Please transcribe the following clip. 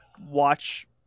watch